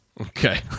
Okay